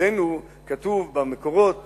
אצלנו כתוב במקורות